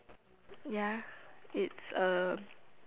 ya it's a